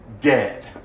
Dead